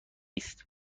است